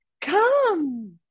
Come